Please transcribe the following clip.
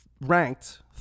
ranked